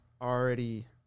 already